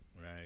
right